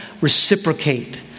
reciprocate